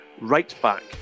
right-back